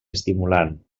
estimulant